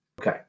Okay